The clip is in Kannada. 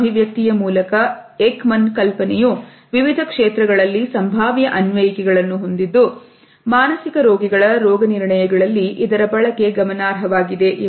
ಸೂಕ್ಷ್ಮ ಅಭಿವ್ಯಕ್ತಿಯ ಮೂಲಕ ಏಕಮಾನ ಕಲ್ಪನೆಯು ವಿವಿಧ ಕ್ಷೇತ್ರಗಳಲ್ಲಿ ಸಂಭಾವ್ಯ ಅನ್ವಯಿಕೆಗಳನ್ನು ಹೊಂದಿದ್ದು ಮಾನಸಿಕ ರೋಗಿಗಳ ರೋಗ ನಿರ್ಣಯಗಳಲ್ಲಿ ಇದರ ಬಳಕೆ ಗಮನಾರ್ಹವಾಗಿದೆ